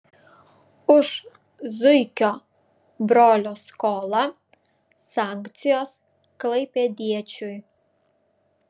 už zuikio brolio skolą sankcijos klaipėdiečiui